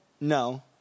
No